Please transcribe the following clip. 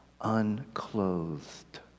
unclothed